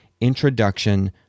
introduction